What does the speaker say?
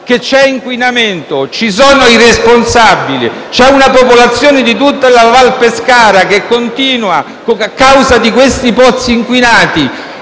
che c'è inquinamento, ci sono i responsabili, c'è la popolazione di tutta la Val Pescara che continua - a causa di questi pozzi inquinati